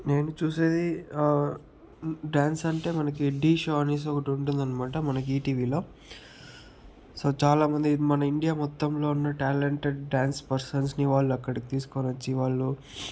నేను చూసేది డాన్స్ అంటే మనకి ఢీ షో అనేసి ఒకటి ఉంటుంది అనమాట మనకి ఈటీవీలో సో చాలామంది మన ఇండియా మొత్తంలో ఉన్న టాలెంటెడ్ డాన్స్ పర్సన్స్ని వాళ్ళు అక్కడికి తీసుకొని వచ్చి వాళ్ళు